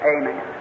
Amen